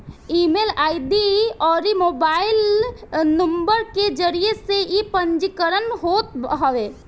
email ID अउरी mobile number के जरिया से इ पंजीकरण होत हवे